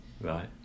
Right